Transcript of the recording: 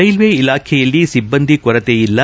railway ಇಲಾಖೆಯಲ್ಲಿ ಸಿಬ್ಲಂದಿ ಕೊರತೆ ಇಲ್ಲ